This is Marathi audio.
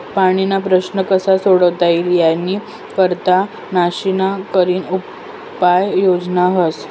पाणीना प्रश्न कशा सोडता ई यानी करता शानिशा करीन उपाय योजना व्हस